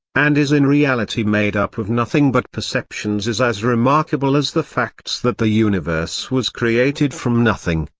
and is in reality made up of nothing but perceptions is as remarkable as the facts that the universe was created from nothing,